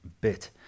bit